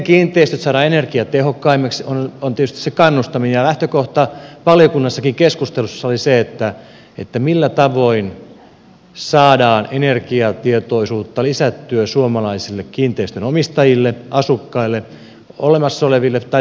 yksi keino on tietysti se kannustaminen ja lähtökohta valiokunnassakin keskustelussa oli se millä tavoin saadaan energiatietoisuutta lisättyä suomalaisille kiinteistön omistajille asukkaille olemassa oleville tai tuleville asukkaille